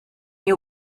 you